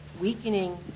weakening